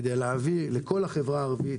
כדי להביא לכל החברה הערבית,